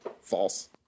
False